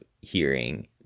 hearing